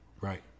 Right